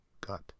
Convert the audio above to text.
gut